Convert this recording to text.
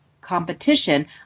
competition